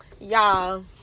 y'all